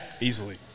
Easily